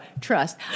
Trust